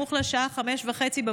סמוך לשעה 05:30,